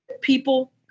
people